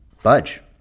budge